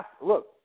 Look